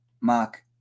mark